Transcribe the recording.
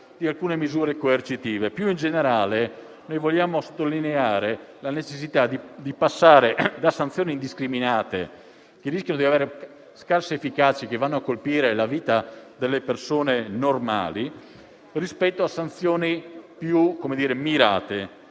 di alcune misure coercitive. Più in generale, noi vogliamo sottolineare la necessità di passare da sanzioni indiscriminate che rischiano di avere scarsa efficacia e che vanno a colpire la vita delle persone normali a sanzione più mirate.